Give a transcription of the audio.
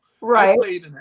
Right